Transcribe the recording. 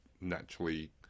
naturally